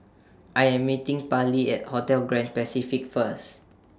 I Am meeting Pallie At Hotel Grand Pacific First